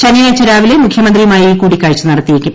ശനിയാഴ്ച രാവിലെ മുഖ്യമന്ത്രിയുമായി കൂടിക്കാഴ്ച നടത്തിയേക്കും